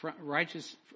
righteous